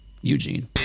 Eugene